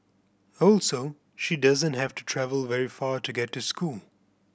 also she doesn't have to travel very far to get to school